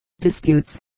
Disputes